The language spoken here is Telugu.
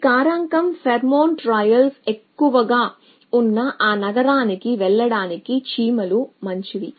ఈ కారకం ఫెరోమోన్ ట్రయల్స్ ఎక్కువగా ఉన్న ఆ నగరానికి వెళ్ళడానికి చీమలు మంచివి